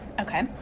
Okay